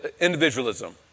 individualism